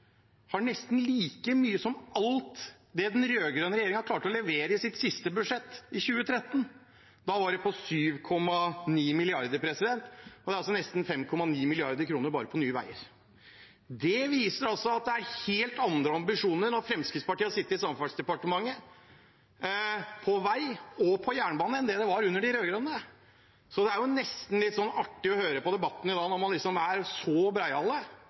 sitt siste budsjett i 2013. Det var på 7,9 mrd. kr. Nå er det nesten på 5,9 mrd. kr bare til Nye Veier. Det viser altså at det har vært helt andre ambisjoner på vei og jernbane når Fremskrittspartiet har sittet i Samferdselsdepartementet, enn det det var under de rød-grønne. Så det er nesten litt artig å høre på debatten i dag når de er så